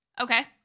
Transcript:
Okay